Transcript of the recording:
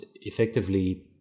effectively